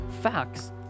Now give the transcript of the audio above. facts